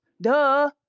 Duh